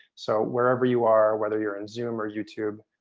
so wherever you are, whether you're on zoom or youtube,